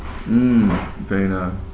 mm fair enough